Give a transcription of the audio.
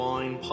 Wine